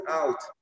out